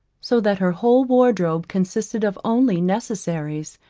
so that her whole wardrobe consisted of only necessaries,